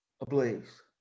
ablaze